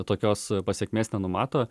tokios pasekmės nenumato